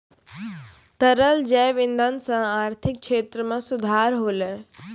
तरल जैव इंधन सँ आर्थिक क्षेत्र में सुधार होलै